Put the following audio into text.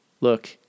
look